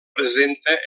presenta